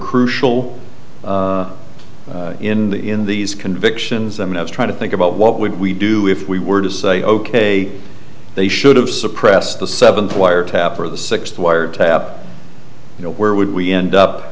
crucial in the in these convictions i mean i was trying to think about what would we do if we were to say ok they should have suppressed the seventh wiretap or the sixth wiretap you know where would we end up